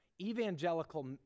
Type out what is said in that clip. Evangelical